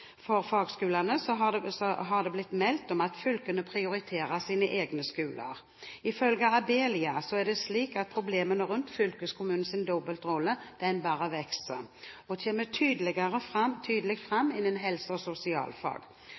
for fagskolene, har det blitt meldt at fylkene prioriterer sine egne skoler. Ifølge Abelia er det slik at problemene rundt fylkeskommunenes dobbeltrolle bare vokser og kommer tydelig fram innen helse- og